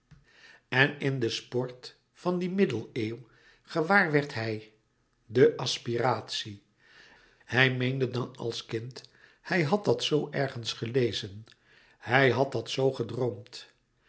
en in den sport van die middeneeuw gewaarwerd hij de aspiratie hij meende dan als kind hij had dat zoo ergens gelezen hij had dat zoo gedroomd